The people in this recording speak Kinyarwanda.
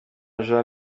jean